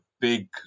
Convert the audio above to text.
big